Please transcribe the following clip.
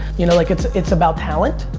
you know? like it's it's about talent.